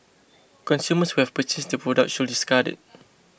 consumers who have purchased the product should discard it